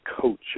coach